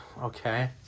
Okay